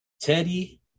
Teddy